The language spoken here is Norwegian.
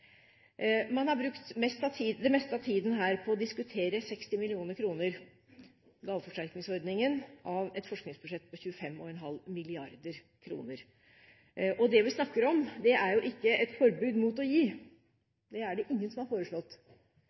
Man har brukt det meste av tiden her til å diskutere 60 mill. kr, gaveforsterkningsordningen, av et forskningsbudsjett på 25,5 mrd. kr. Det vi snakker om, er ikke et forbud mot å gi – det er det ingen som har foreslått